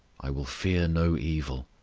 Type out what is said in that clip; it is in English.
i will fear no evil,